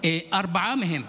ארבעה מהם